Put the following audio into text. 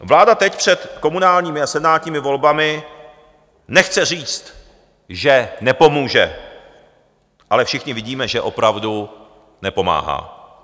Vláda teď před komunálními a senátními volbami nechce říct, že nepomůže, ale všichni vidíme, že opravdu nepomáhá.